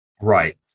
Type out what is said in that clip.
Right